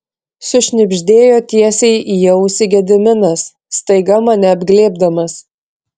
sušnibždėjo tiesiai į ausį gediminas staiga mane apglėbdamas